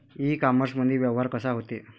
इ कामर्समंदी व्यवहार कसा होते?